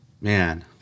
man